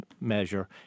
measure